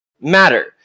matter